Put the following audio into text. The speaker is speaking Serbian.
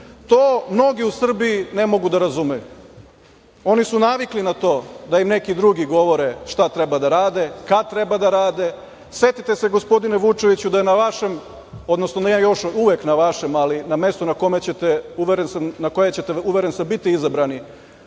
mnogi u Srbiji ne mogu da razumeju. Oni su navikli na to im neki drugi govore šta treba da rade, kad treba da rade. Setite se, gospodine Vučeviću da je na vašem, odnosno ne još uvek na vašem, ali na mestu na kome ćete, uveren sam, biti izabrani,